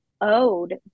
owed